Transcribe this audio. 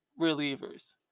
relievers